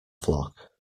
flock